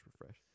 refresh